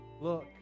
look